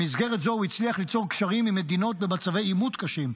במסגרת זו הוא הצליח ליצור קשרים עם מדינות במצבי עימות קשים,